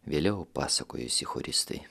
vėliau pasakojusi choristai